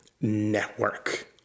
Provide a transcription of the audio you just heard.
network